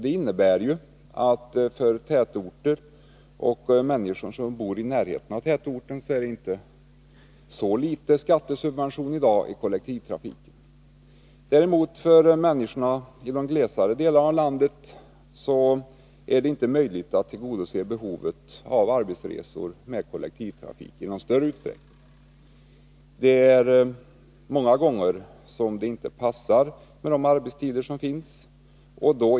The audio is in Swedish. Det innebär en inte oväsentlig skattesubvention för de människor som bor i eller i närheten av tätorter. När det gäller dem som bor i de glesare befolkade delarna av landet är det inte möjligt att tillgodose behovet av kollektivtrafik i någon större utsträckning. Många gånger passar inte kollektivtrafikens tider med de arbetstider man har.